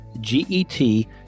G-E-T